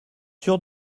sûre